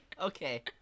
Okay